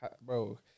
bro